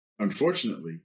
Unfortunately